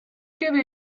give